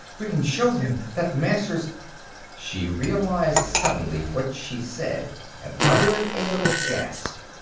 we can show them that the masters she realized suddenly what she said and uttered a little gasp.